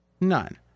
None